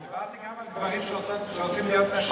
אני דיברתי גם על גברים שרוצים להיות נשים.